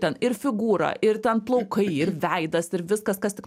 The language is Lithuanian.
ten ir figūra ir ten plaukai ir veidas ir viskas kas tik